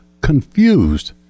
confused